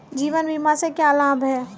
जीवन बीमा से क्या लाभ हैं?